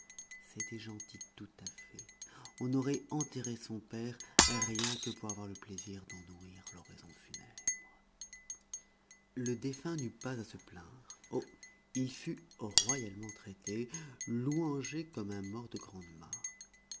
c'était gentil tout à fait on aurait enterré son père rien que pour avoir le plaisir d'en ouïr l'oraison funèbre le défunt n'eut pas à se plaindre oh il fut royalement traité louangé comme un mort de grande marque